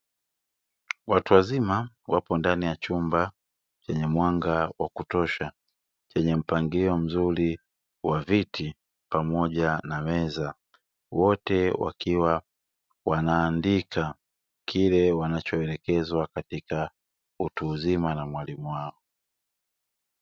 Watu wazima wapo ndani ya chumba chenye mwanga wa kutosha chenye mpangilio mzuri wa viti pamoja na meza, wote wakiwa wanaandika kile wanachoelekezwa katika utu uzima na mwalimu wao.